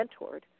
mentored